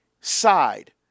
side